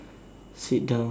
sit down